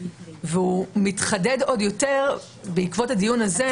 והיא מתחדדת עוד יותר בעקבות הדיון הזה,